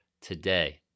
today